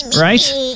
right